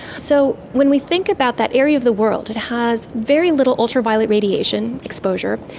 so when we think about that area of the world, it has very little ultraviolet radiation exposure,